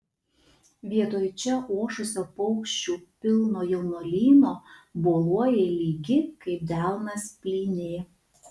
vietoj čia ošusio paukščių pilno jaunuolyno boluoja lygi kaip delnas plynė